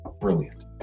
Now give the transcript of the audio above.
brilliant